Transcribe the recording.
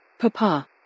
Papa